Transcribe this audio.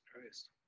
Christ